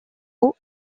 haut